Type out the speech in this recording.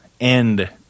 end